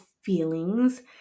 Feelings